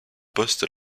poste